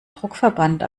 druckverband